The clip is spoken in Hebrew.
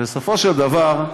ובסופו של דבר,